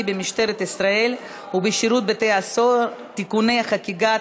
במשטרת ישראל ובשירות בתי-הסוהר (תיקוני חקיקה),